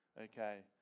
Okay